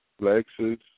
Lexus